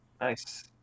Nice